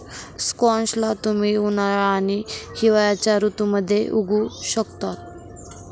squash ला तुम्ही उन्हाळा आणि हिवाळ्याच्या ऋतूमध्ये उगवु शकता